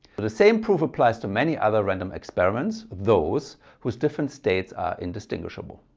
but the same proof applies to many other random experiments, those whose different states are indistinguishable.